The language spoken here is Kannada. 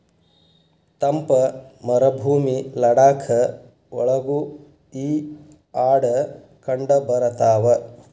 ತಂಪ ಮರಭೂಮಿ ಲಡಾಖ ಒಳಗು ಈ ಆಡ ಕಂಡಬರತಾವ